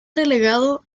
relegado